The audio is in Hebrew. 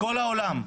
בכל העולם,